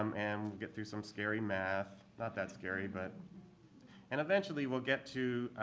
um and get through some scary math. not that scary, but and eventually we'll get to